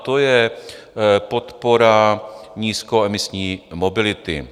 To je podpora nízkoemisní mobility.